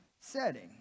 setting